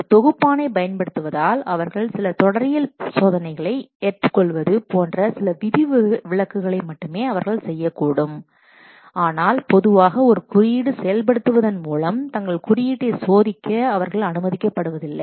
ஒரு தொகுப்பானை பயன்படுத்துவதால் அவர்கள் சில தொடரியல் சோதனைகளை ஏற்றுக்கொள்வது போன்ற சில விதிவிலக்குகளை மட்டுமே அவர்கள் செய்யக்கூடும் ஆனால் பொதுவாக ஒரு குறியீடு செயல்படுத்துவதன் மூலம் தங்கள் குறியீட்டை சோதிக்க அவர்கள் அனுமதிக்கப்படுவதில்லை